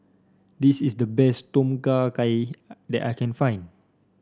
this is the best Tom Kha Gai that I can find